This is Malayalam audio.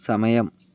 സമയം